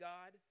God